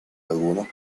algunos